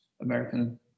American